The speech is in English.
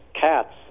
cats